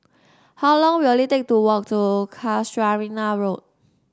how long will it take to walk to Casuarina Road